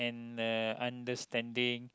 and uh understanding